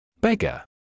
Beggar